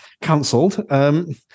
cancelled